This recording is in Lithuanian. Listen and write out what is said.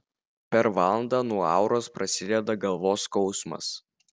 per valandą nuo auros prasideda galvos skausmas